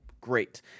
great